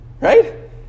Right